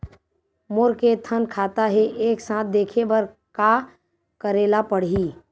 मोर के थन खाता हे एक साथ देखे बार का करेला पढ़ही?